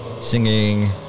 Singing